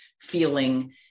feeling